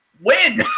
win